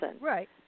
Right